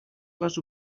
les